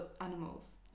animals